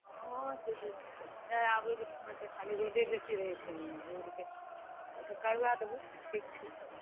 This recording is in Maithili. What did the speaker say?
हँ से तऽ जाय आबयमे खाली रोडे बेसी रहै छै ने रोडके अच्छा करवाय देबै ठीक छै